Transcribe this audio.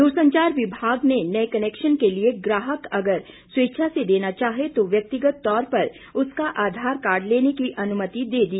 दूरसंचार विभाग ने नए कनेक्शन के लिए ग्राहक अगर स्वेच्छा से देना चाहे तो व्यक्तिगत तौर पर उसका आधार कार्ड लेने की अनुमति दे दी